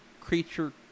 creature